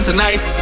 Tonight